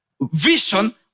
vision